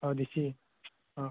অঁ D C অঁ